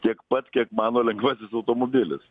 tiek pat kiek mano lengvasis automobilis